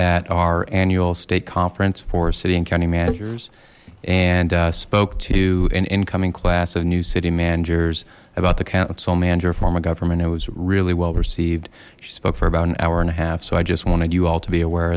at our annual state conference for city and county managers and spoke to an incoming class of new city managers about the council manager form of government it was really well received she spoke for about an hour and a half so i just wanted you all to be aware